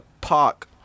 park